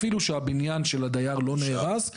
אפילו שהבניין של הדיי לא נהרס,